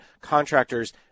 contractors